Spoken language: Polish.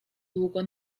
długo